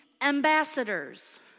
ambassadors